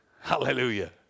Hallelujah